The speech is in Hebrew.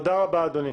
תודה רבה אדוני.